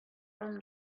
from